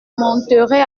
monterai